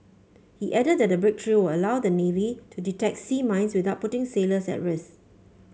he added that the breakthrough will allow the navy to detect sea mines without putting sailors at risk